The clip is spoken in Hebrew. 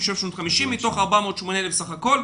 שם יש כ-120,000 ילדים בכל שנה.